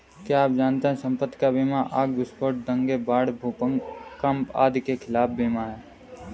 क्या आप जानते है संपत्ति का बीमा आग, विस्फोट, दंगे, बाढ़, भूकंप आदि के खिलाफ बीमा है?